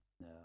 No